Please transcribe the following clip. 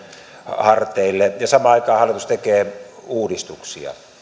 harteille ja samaan aikaan hallitus tekee uudistuksia